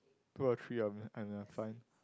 two or three and I'm fine